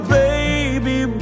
baby